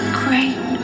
great